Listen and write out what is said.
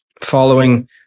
following